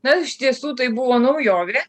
na iš tiesų tai buvo naujovė